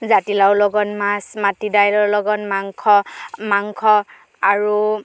জাতিলাওৰ লগত মাছ মাটি দাইলৰ লগত মাংস মাংস আৰু